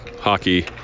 hockey